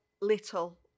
little